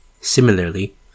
Similarly